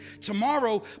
tomorrow